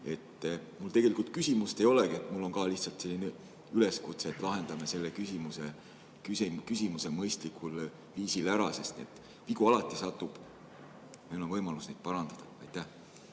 Mul tegelikult küsimust ei olegi, mul on lihtsalt üleskutse, et lahendame selle küsimuse mõistlikul viisil ära, sest vigu tehakse alati, aga meil on võimalik neid parandada. Aitäh!